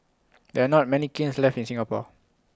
there are not many kilns left in Singapore